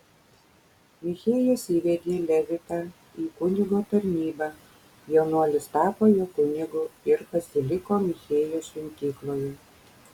michėjas įvedė levitą į kunigo tarnybą jaunuolis tapo jo kunigu ir pasiliko michėjo šventykloje